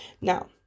now